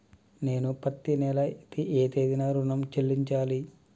నేను పత్తి నెల ఏ తేదీనా ఋణం చెల్లించాలి?